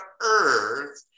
earth